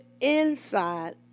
inside